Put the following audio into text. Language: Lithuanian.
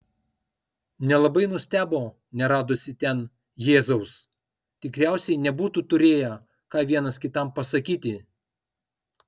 nelabai nustebo neradusi ten jėzaus tikriausiai nebūtų turėję ką vienas kitam pasakyti